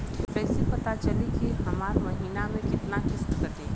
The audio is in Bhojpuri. कईसे पता चली की हमार महीना में कितना किस्त कटी?